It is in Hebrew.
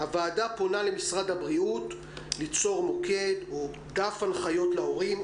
הוועדה פונה למשרד הבריאות ליצור מוקד או דף הנחיות להורים,